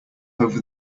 over